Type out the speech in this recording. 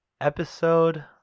episode